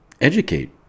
educate